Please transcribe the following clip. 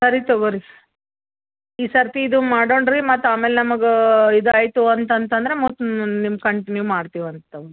ಸರಿ ತೊಗೊಳಿ ಈ ಸರತಿ ಇದು ಮಾಡೋಣ ರೀ ಮತ್ತೆ ಆಮೇಲೆ ನಮ್ಗೆ ಇದು ರೈಟು ಅಂತಂದ್ರೆ ಮತ್ತೆ ನಿಮ್ಗೆ ಕಂಟಿನ್ಯೂ ಮಾಡ್ತೀವಂತೆ ತಗೊಳಿ